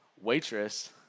Waitress